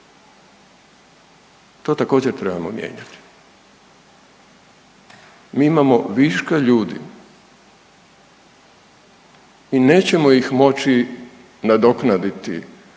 to također, trebamo mijenjati. Mi imamo viška ljudi i nećemo ih moći nadoknaditi